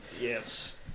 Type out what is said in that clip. yes